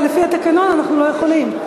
ולפי התקנון אנחנו לא יכולים.